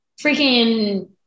freaking